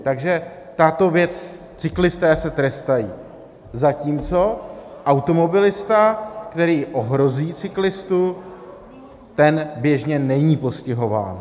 Takže tato věc, cyklisté se trestají, zatímco automobilista, který ohrozí cyklistu, ten běžně není postihován.